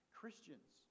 Christians